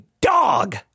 dog